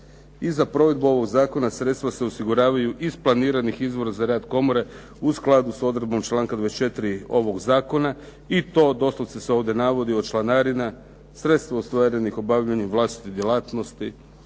za provedbu ovog zakona sredstva se osiguravaju iz planiranih izvora za rad komore u skladu s odredbom članka 24. ovog zakona i to doslovce se ovdje navodi od članarina, sredstva ostvarenih obavljanjem vlastite djelatnosti,